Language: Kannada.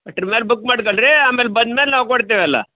ಇಷ್ಟ್ರ ಮೇಲೆ ಬುಕ್ ಮಾಡಿಕೊಳ್ರಿ ಆಮೇಲೆ ಬಂದ್ಮೇಲೆ ನಾವು ಕೊಡ್ತೇವೆ ಎಲ್ಲ